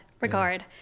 regard